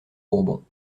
bourbons